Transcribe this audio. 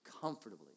comfortably